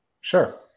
Sure